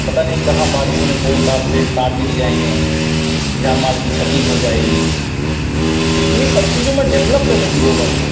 पता नहीं कहाँ बारिश में पोल तार से तार गिर जाएँगे जान माल की क्षति हो जाएगी तो ये सब चीज़ों में डेवलप करने की ज़रूरत है